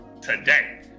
today